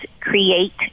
Create